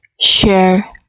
share